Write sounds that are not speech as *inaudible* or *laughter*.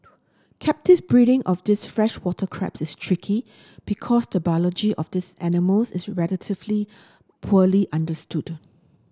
*unintelligible* breeding of these freshwater crabs is tricky because the biology of these animals is relatively poorly understood